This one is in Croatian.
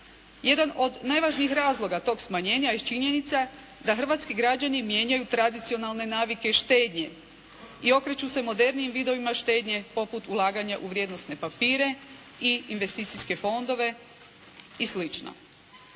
Jedan od najvažnijih razloga tog smanjenja jest činjenica da hrvatski građani mijenjaju tradicionalne navike štednje i okreću se modernijim vidovima štednje poput ulaganja u vrijednosne papire i investicijske fondove i